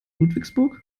ludwigsburg